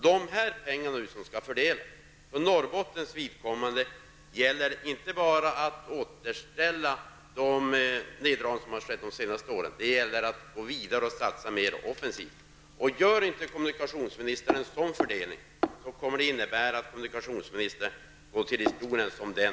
Beträffande de pengar som nu skall fördelas gäller det för Norrbottens vidkommande inte bara att återställa de senaste årens neddragningar. Det gäller att gå vidare och satsa mer och offensivt. Gör inte kommunikationsministern en sådan fördelning går kommunikationsministern till historien .